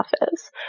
office